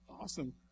Awesome